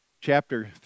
chapter